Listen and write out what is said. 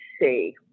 see